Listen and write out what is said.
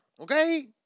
Okay